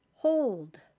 hold